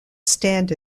stand